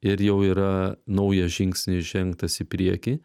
ir jau yra naujas žingsnis žengtas į priekį